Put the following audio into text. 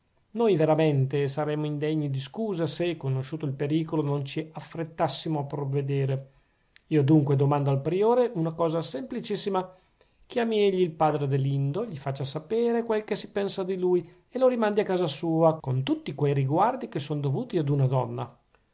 noi veramente saremmo indegni di scusa se conosciuto il pericolo non ci affrettassimo a provvedere io dunque domando al priore una cosa semplicissima chiami egli il padrino adelindo gli faccia sapere quel che si pensa di lui e lo rimandi a casa sua con tutti quei riguardi che sono dovuti ad una donna